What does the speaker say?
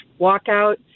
walkout